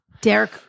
Derek